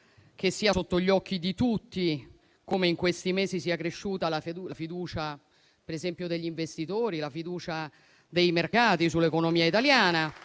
che sia sotto gli occhi di tutti come in questi mesi sia cresciuta la fiducia, per esempio, degli investitori e dei mercati nell'economia italiana.